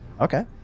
Okay